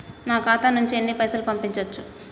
నా ఖాతా నుంచి ఎన్ని పైసలు పంపించచ్చు?